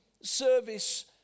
service